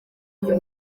uyu